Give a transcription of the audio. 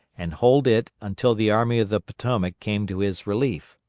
and hold it until the army of the potomac came to his relief.